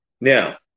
Now